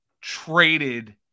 traded